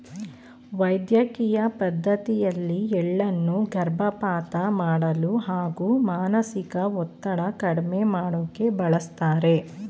ವೈದ್ಯಕಿಯ ಪದ್ಡತಿಯಲ್ಲಿ ಎಳ್ಳನ್ನು ಗರ್ಭಪಾತ ಮಾಡಲು ಹಾಗೂ ಮಾನಸಿಕ ಒತ್ತಡ ಕಡ್ಮೆ ಮಾಡೋಕೆ ಬಳಸ್ತಾರೆ